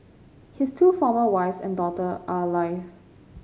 his two former wives and daughter are alive